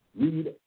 read